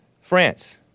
France